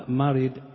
married